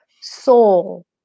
soul